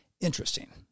interesting